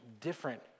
different